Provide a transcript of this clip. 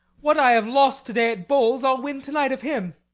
what i have lost to-day at bowls i'll win to-night of him.